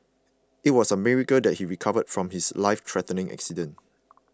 it was a miracle that he recovered from his lifethreatening accident